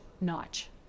Notch